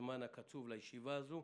הזמן הקצוב לישיבה הזאת.